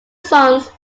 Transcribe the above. sons